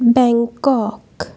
Bangkok